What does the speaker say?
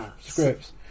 scripts